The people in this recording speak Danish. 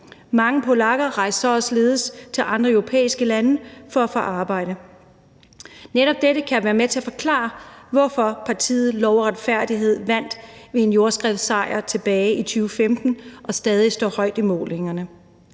Mange polakker rejste således også til andre europæiske lande for at få arbejde. Netop dette kan være med til at forklare, hvorfor partiet Lov og Retfærdighed vandt en jordskredssejr tilbage i 2015 og stadig står højt i målingerne.